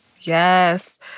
Yes